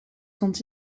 sont